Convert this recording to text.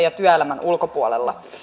ja työelämän ulkopuolella